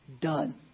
Done